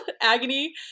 agony